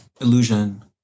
illusion